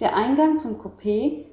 der eingang zum coup